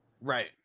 Right